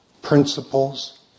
principles